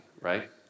right